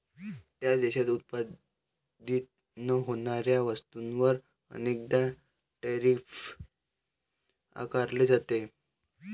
त्या देशात उत्पादित न होणाऱ्या वस्तूंवर अनेकदा टैरिफ आकारले जाते